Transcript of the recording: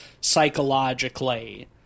psychologically